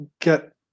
get